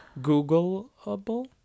Googleable